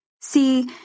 See